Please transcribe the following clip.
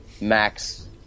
max